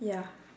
ya